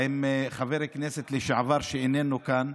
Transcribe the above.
ועם חבר כנסת לשעבר, שאיננו כאן,